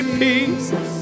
peace